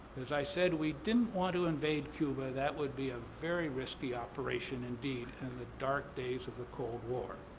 as i said, we didn't want to invade cuba. that would be a very risky operation indeed in and the dark days of the cold war.